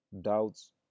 doubts